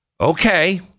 Okay